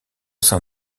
sein